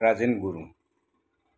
Rajen Gurung